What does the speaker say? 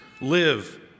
live